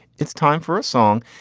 it's time for a song.